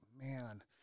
man